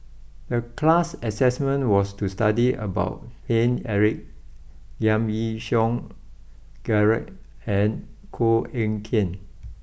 the class assignment was to study about Paine Eric Giam Yean Song Gerald and Koh Eng Kian